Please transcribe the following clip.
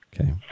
Okay